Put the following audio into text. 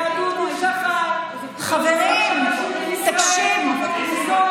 יהדות יש אחת, חברים, תקשיבו.